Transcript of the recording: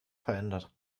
verändert